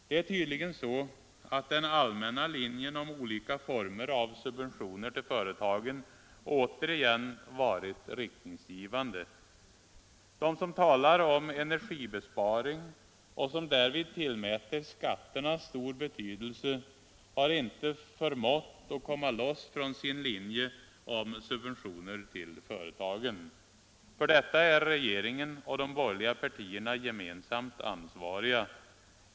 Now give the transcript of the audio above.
Det är tydligen så att den allmänna linjen om olika former av subventioner till företagen återigen varit riktningsgivande. De som talar om energibesparing och som därvid tillmäter skatterna stor betydelse har inte förmått komma loss från sin linje om subventioner till företagen. För detta är regeringen och de borgerliga partierna gemensamt ansvariga.